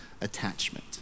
attachment